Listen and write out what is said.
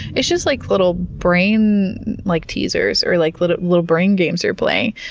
it's just, like, little brain like teasers or like little little brain games you're playing.